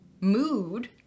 mood